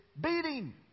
beating